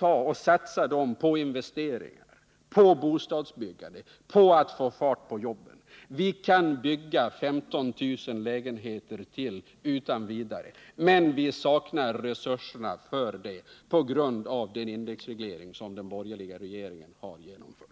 och satsa dem på investeringar, på bostadsbyggande och på att få fart på jobben? Vi kan bygga 15 000 lägenheter till utan vidare, men vi saknar resurserna för det på grund av den indexreglering som den borgerliga regeringen genomfört.